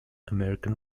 american